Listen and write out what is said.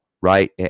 right